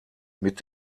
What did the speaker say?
mit